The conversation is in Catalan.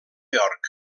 york